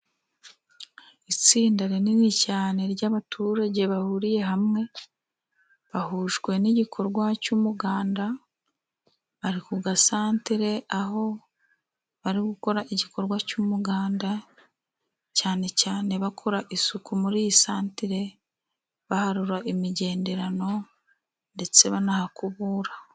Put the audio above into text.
Itsinda rinini cyane ry'abaturage bahuriye hamwe, bahujwe n'igikorwa cy'umuganda. Bari ku gasantere aho bari gukora igikorwa cy'umuganda, cyane cyane abakora isuku muri iyi santere baharura imigenderano ndetse banahakubura.